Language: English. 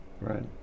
Right